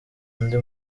undi